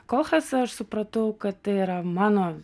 kolchasą aš supratau kad tai yra mano